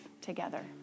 together